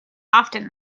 often